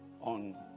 on